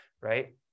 right